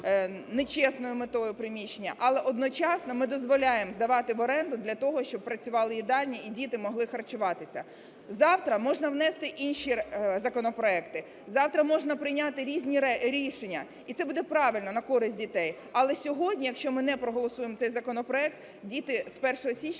нечесною метою приміщення. Але одночасно ми дозволяємо здавати в оренду для того, щоб працювали їдальні і діти могли харчуватися. Завтра можна внести інші законопроекти, завтра можна прийняти різні рішення, і це буде правильно, на користь дітей. Але сьогодні, якщо ми не проголосуємо цей законопроект, діти з 1 січня